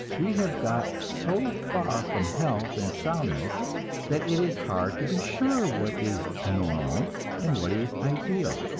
we have got so far from health and soundness that it is hard to be sure what is normal and what is ideal.